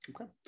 okay